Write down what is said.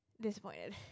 disappointed